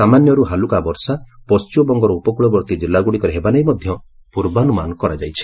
ସାମାନ୍ୟରୁ ହାଲୁକା ବର୍ଷା ପଶ୍ଚିମବଙ୍ଗର ଉପକୂଳବର୍ତ୍ତୀ କିଲ୍ଲାଗୁଡ଼ିକରେ ହେବା ନେଇ ମଧ୍ୟ ପୂର୍ବାନୁମାନ କରାଯାଇଛି